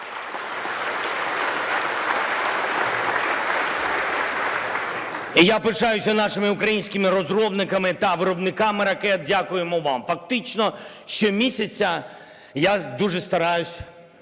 я пишаюся нашими українськими розробниками та виробниками ракет. Дякуємо вам! Фактично щомісяця, я дуже стараюся